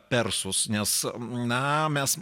persus nes na mes